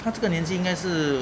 她这个年轻应该是